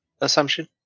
assumption